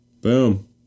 Boom